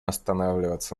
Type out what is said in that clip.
останавливаться